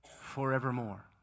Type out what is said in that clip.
forevermore